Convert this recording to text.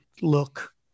look